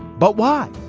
but why?